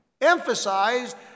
emphasized